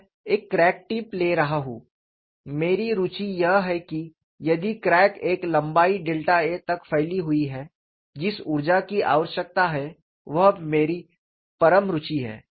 मैं एक crack tip ले रहा हूं मेरी रुचि यह है कि यदि क्रैक एक लंबाई डेल्टा a तक फैली हुई है जिस ऊर्जा की आवश्यकता है वह मेरी परम रुचि है